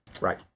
Right